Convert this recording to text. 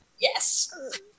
yes